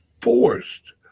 forced